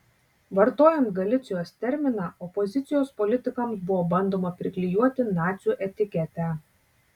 vartojant galicijos terminą opozicijos politikams buvo bandoma priklijuoti nacių etiketę